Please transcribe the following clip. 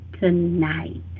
tonight